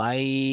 Bye